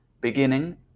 beginning